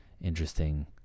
interesting